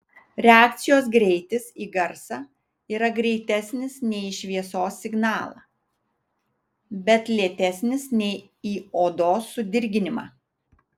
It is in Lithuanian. reakcijos greitis į garsą yra greitesnis nei į šviesos signalą bet lėtesnis nei į odos sudirginimą